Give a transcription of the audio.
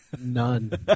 None